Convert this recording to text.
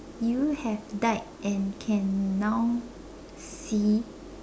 you have died and can now see